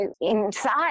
inside